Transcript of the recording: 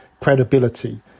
credibility